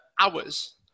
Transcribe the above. hours